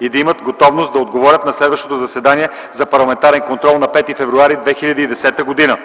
и да имат готовност да отговорят на следващото заседание за парламентарен контрол на 5 февруари 2010 г.